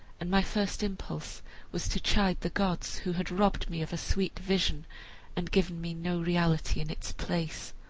and my first impulse was to chide the gods who had robbed me of a sweet vision and given me no reality in its place.